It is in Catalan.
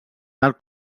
tal